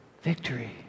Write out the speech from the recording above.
victory